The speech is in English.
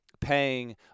paying